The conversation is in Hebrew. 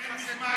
זה יותר מזה.